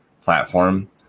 platform